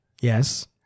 Yes